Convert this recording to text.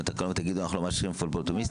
התקנות ותגידו שאתם לא מאשרים פבלוטומיסטים?